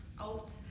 out